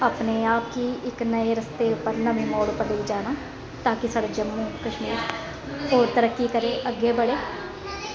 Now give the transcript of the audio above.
अपने आप गी इक नए रस्ते नमें मोड़ पर लेई जाना ता कि साढ़ा जम्मू कश्मीर होर तरक्की करै अग्गें बढ़े